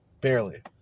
Barely